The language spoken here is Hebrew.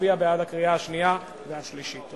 להצביע בעד בקריאה שנייה ובקריאה שלישית.